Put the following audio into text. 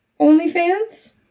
OnlyFans